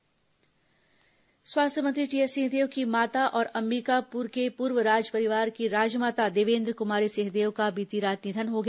देवेंद्र कुमारी सिंहदेव निधन स्वास्थ्य मंत्री टीएस सिंहदेव की माता और अंबिकापुर के पूर्व राजपरिवार की राजमाता देवेन्द्र कुमारी सिंहदेव का बीती रात निधन हो गया